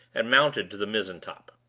and mounted to the mizzen-top.